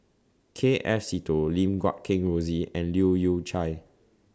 K F Seetoh Lim Guat Kheng Rosie and Leu Yew Chye